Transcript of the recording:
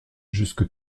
jusque